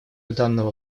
данного